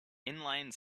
inline